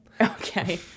Okay